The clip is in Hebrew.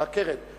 בקרן,